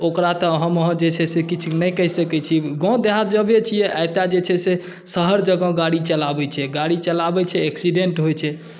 ओकरा तऽ हम अहाँ जे छै से किछु नहि कहि सकै छी गाँव देहात जबे छियै आ एतय जे छै से शहर जेकाँ गाड़ी चलाबै छै गाड़ी चलाबै छै ऐक्सिडेंट होइ छै